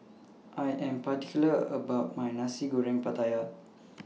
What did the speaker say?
I Am particular about My Nasi Goreng Pattaya